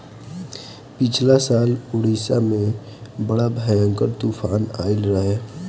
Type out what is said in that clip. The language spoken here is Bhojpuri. पिछला साल उड़ीसा में बड़ा भयंकर तूफान आईल रहे